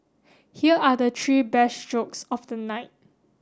here are the three best jokes of the night